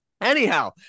anyhow